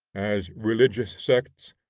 as, religious sects,